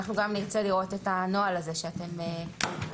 בסדר.